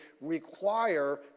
require